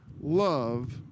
love